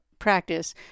practice